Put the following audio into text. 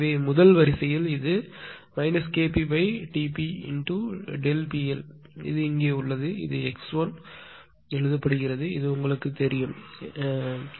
எனவே முதல் வரிசையில் இது KpTpinto PLஇங்கே உள்ளது இது எழுதப்பட்டது இது உங்களுக்குத் தெரியும் என்று நினைக்கிறேன்